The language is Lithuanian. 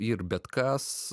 ir bet kas